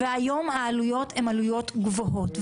והיום העלויות הן עלויות גבוהות.